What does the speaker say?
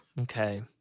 Okay